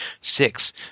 Six